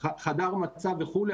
חדר מצב וכו'.